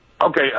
Okay